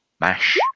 mash